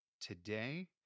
Today